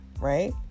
right